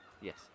Yes